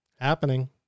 happening